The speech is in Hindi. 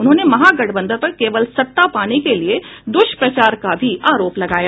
उन्होंने महागठबंधन पर केवल सत्ता पाने के लिए दुष्प्रचार का भी आरोप लगाया